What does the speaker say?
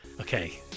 Okay